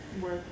Work